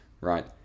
right